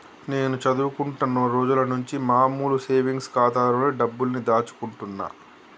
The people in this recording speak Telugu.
నేను చదువుకుంటున్న రోజులనుంచి మామూలు సేవింగ్స్ ఖాతాలోనే డబ్బుల్ని దాచుకుంటున్నా